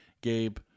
Gabe